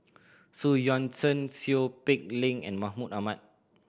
Xu Yuan Zhen Seow Peck Leng and Mahmud Ahmad